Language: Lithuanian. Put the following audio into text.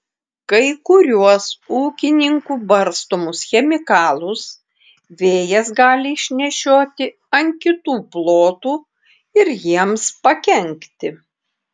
kai kuriuos ūkininkų barstomus chemikalus vėjas gali išnešioti ant kitų plotų ir jiems pakenkti